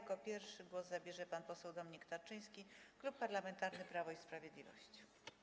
Jako pierwszy głos zabierze pan poseł Dominik Tarczyński, Klub Parlamentarny Prawo i Sprawiedliwość.